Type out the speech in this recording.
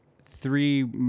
three